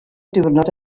diwrnod